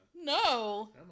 No